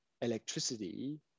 electricity